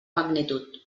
magnitud